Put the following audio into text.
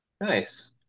Nice